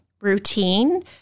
routine